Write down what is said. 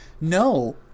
No